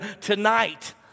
tonight